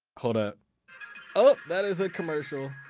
hold up oh, that is a commercial!